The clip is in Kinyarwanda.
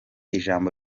ijambo